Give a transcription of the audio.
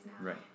right